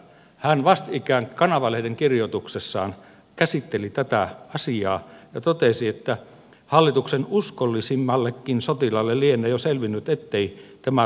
hän vastikään kanava lehden kirjoituksessaan käsitteli tätä asiaa ja totesi että hallituksen uskollisimmallekin sotilaalle lienee jo selvinnyt ettei kuntauudistus toteudu